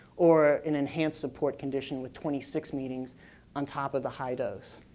or an enhanced support condition with twenty six meetings on top of the high dose.